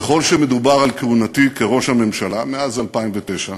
ככל שמדובר על כהונתי כראש הממשלה, מאז 2009,